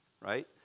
right